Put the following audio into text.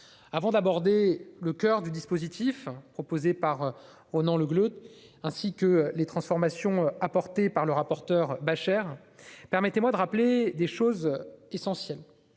Avant d'aborder le coeur du dispositif proposé par Ronan Le Gleut, ainsi que les modifications apportées par le rapporteur Jérôme Bascher, permettez-moi de rappeler des points essentiels.